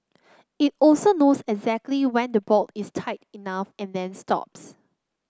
it also knows exactly when the bolt is tight enough and then stops